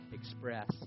express